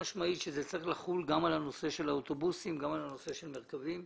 שזה צריך לחול גם על הנושא של האוטובוסים וגם על הנושא של מרכבים.